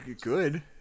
good